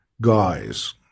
guys